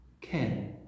Ken